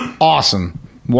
awesome